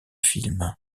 films